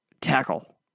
Tackle